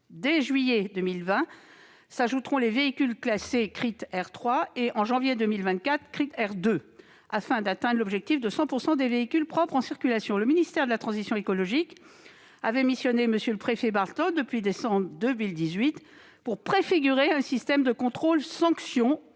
Dès juillet 2021, s'ajouteront les véhicules classés Crit'Air 3, et en janvier 2023, Crit'Air 2, afin d'atteindre l'objectif de 100 % de véhicules propres en circulation. Le ministère de la transition écologique avait missionné M. le préfet Bartolt en décembre 2018 pour préfigurer un système de contrôle-sanction